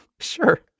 sure